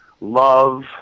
love